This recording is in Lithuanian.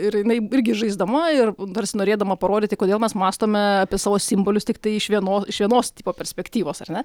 ir jinai irgi žaisdama ir tarsi norėdama parodyti kodėl mes mąstome apie savo simbolius tiktai iš vieno iš vienos tipo perspektyvos ar ne